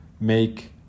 make